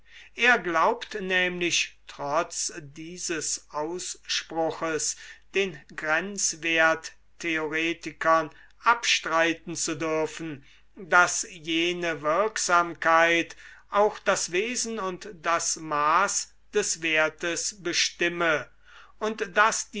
er glaubt nämlieh trotz dieses ausspruches den grenzwerttheoretikern abstreiten zu dürfen daß jene wirksamkeit auch das wesen und das maß des wertes bestimme und daß